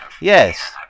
Yes